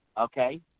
okay